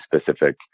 specific